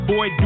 Boy